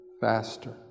faster